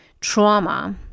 trauma